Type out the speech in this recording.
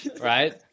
right